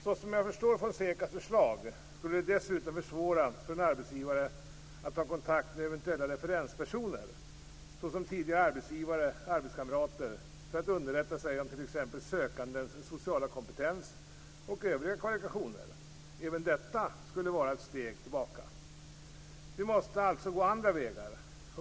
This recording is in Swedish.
Såsom jag förstår Fonsecas förslag skulle det dessutom försvåra för en arbetsgivare att ta kontakt med eventuella referenspersoner, såsom tidigare arbetsgivare och arbetskamrater, för att underrätta sig om t.ex. sökandens sociala kompetens och övriga kvalifikationer. Även detta skulle vara ett steg tillbaka. Vi måste alltså gå andra vägar.